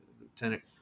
Lieutenant